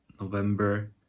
november